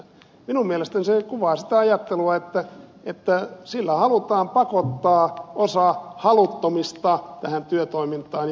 minun mielestäni se kuvaa sitä ajattelua että sillä halutaan pakottaa osa haluttomista tähän työtoimintaan